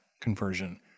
conversion